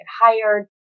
hired